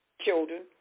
children